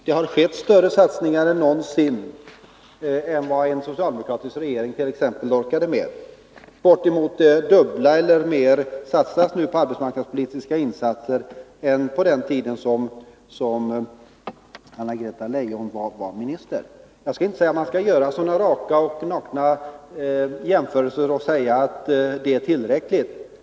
Det har skett större satsningar än vad någonsin en socialdemokratisk regering har orkat med. Bortemot det dubbla eller mer satsas nu på arbetsmarknadspolitiska insatser i jämförelse med den tid då Anna-Greta Leijon var minister. Jag vill inte säga att man enbart skall göra sådana nakna och raka jämförelser och säga att det är tillräckligt.